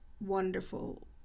wonderful